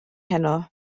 heno